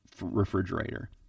refrigerator